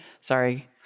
Sorry